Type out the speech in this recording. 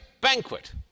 banquet